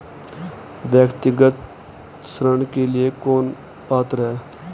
व्यक्तिगत ऋण के लिए कौन पात्र है?